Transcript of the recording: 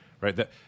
Right